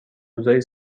روزای